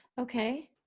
Okay